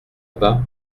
bas